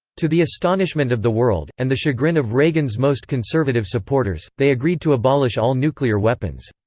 to the astonishment of the world, and the chagrin of reagan's most conservative supporters, they agreed to abolish all nuclear weapons.